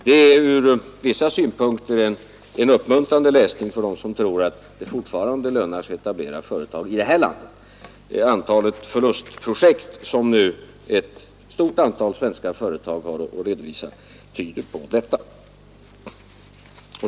Det är ur vissa synpunkter en uppmuntrande läsning för dem som tror att det fortfarande lönar sig att etablera företag här i landet. De förlustprojekt som nu ett stort antal svenska företag har att redovisa tyder på detta.